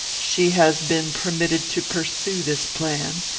she has been permitted to pursue this plan,